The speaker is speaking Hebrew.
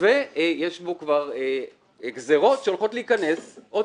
ויש בו כבר גזרות שהולכות להיכנס בהקדם.